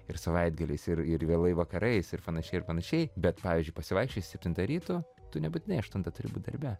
ir savaitgaliais ir ir vėlai vakarais ir panašiai ir panašiai bet pavyzdžiui pasivaikščiojus septintą ryto tu nebūtinai aštuntą turi būt darbe